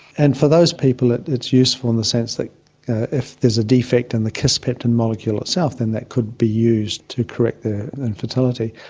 and for those people it's useful in the sense that if there's a defect in the kisspeptin molecule itself, then that could be used to correct their infertility.